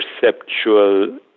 perceptual